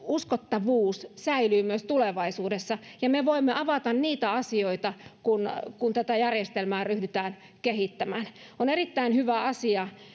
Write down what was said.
uskottavuus säilyvät myös tulevaisuudessa ja me voimme avata niitä asioita kun kun tätä järjestelmää ryhdytään kehittämään on erittäin hyvä asia